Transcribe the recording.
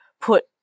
put